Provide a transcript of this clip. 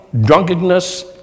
drunkenness